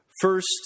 first